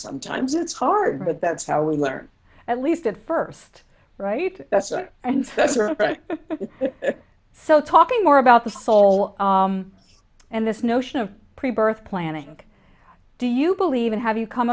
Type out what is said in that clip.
sometimes it's hard but that's how we learn at least at first right that's it and so talking more about the soul and this notion of pre birth planning do you believe in have you come